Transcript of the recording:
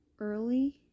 early